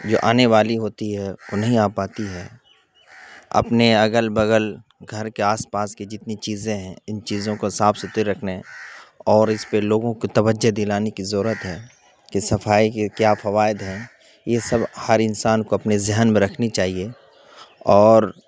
جو آنے والی ہوتی ہے وہ نہیں آ پاتی ہے اپنے اگل بغل گھر کے آس پاس کے جتنی چیزیں ہیں ان چیزوں کو صاف ستھرے رکھنے اور اس پہ لوگوں کو توجہ دلانے کی ضرورت ہے کہ صفائی کے کیا فوائد ہیں یہ سب ہر انسان کو اپنے ذہن میں رکھنی چاہیے اور